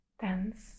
dance